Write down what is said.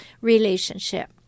relationship